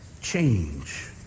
change